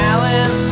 Alan